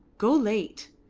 go late.